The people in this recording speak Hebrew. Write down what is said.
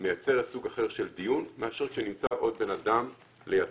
מייצרת סוג אחר של דיון מאשר כשנמצא עוד בן אדם לידך.